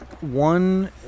One